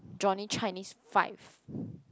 Johnny Chinese five